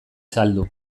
zaildu